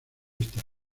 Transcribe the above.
estas